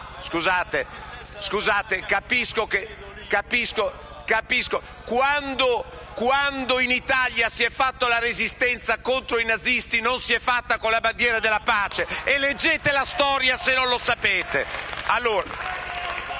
Santangelo)*. Quando in Italia si è fatta la resistenza contro i nazisti, non si è fatta con la bandiera della pace. Leggete la storia se non lo sapete!